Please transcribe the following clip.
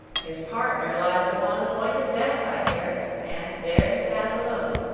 his partner lies upon the point of death, i hear and there he sat alone.